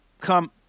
come